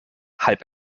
halb